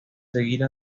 seguir